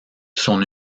son